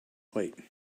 plate